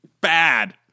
Bad